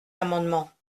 amendements